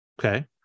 Okay